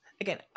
again